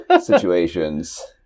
situations